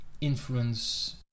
influence